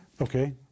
Okay